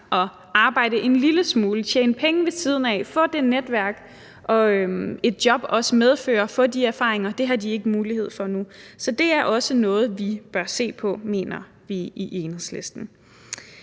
at arbejde en lille smule, tjene penge ved siden af og få det netværk og de erfaringer, som et job også medfører. Det har de ikke mulighed for nu. Så det er også noget, vi bør se på, mener vi i Enhedslisten.